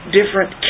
different